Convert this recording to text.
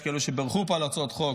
יש כאלה שבירכו פה על הצעות חוק,